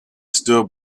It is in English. still